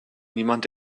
niemand